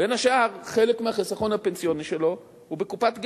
בין השאר חלק מהחיסכון הפנסיוני שלו הוא בקופת גמל,